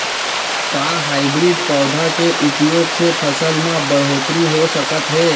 का हाइब्रिड पौधा के उपयोग से फसल म बढ़होत्तरी हो सकत हे?